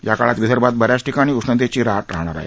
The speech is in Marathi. या काळात विदर्भात बऱ्याच ठिकाणी उष्णतेची लाठराहणार आहे